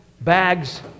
bags